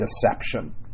deception